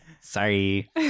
Sorry